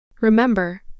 Remember